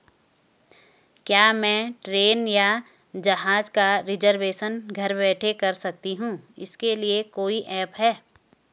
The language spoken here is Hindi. क्या मैं ट्रेन या जहाज़ का रिजर्वेशन घर बैठे कर सकती हूँ इसके लिए कोई ऐप है?